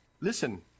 listen